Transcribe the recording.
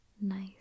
nice